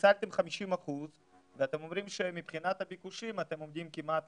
ניצלתם 50% ואתם אומרים שמבחינת הביקושים אתם עומדים כמעט,